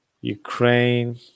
Ukraine